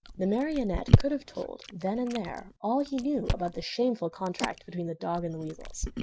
the marionette could have told, then and there, all he knew about the shameful contract between the dog and the weasels,